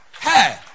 Hey